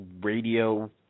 radio